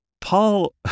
Paul